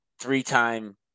three-time